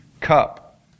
cup